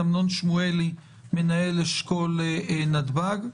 אמנון שמואלי, מנהל אשכול נתב"ג,